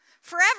Forever